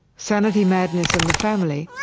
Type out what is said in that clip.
sanity, madness and the family,